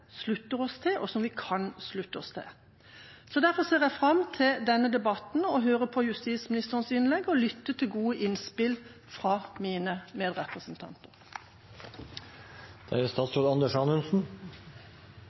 slutter oss til, og som vi kan slutte oss til. Derfor ser jeg fram til denne debatten – å høre på justisministerens innlegg og lytte til gode innspill fra mine medrepresentanter.